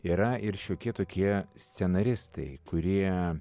yra ir šiokie tokie scenaristai kurie